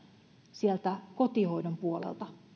sieltä kotihoidon puolelta